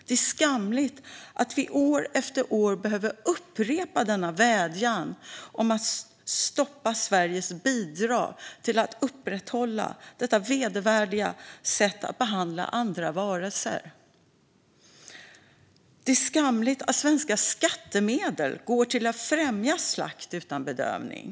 Det är skamligt att vi år efter år behöver upprepa denna vädjan om att stoppa Sveriges bidrag till att upprätthålla detta vedervärdiga sätt att behandla andra varelser. Det är skamligt att svenska skattemedel går till att främja slakt utan bedövning.